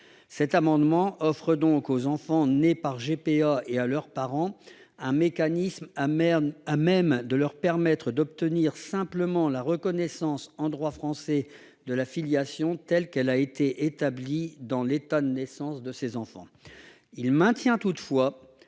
Cet amendement offre donc aux enfants nés par GPA et à leurs parents un mécanisme à même de leur permettre d'obtenir simplement la reconnaissance, en droit français, de la filiation telle qu'elle a été établie dans l'État de naissance de ces enfants. Le dispositif maintient toutefois